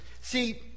See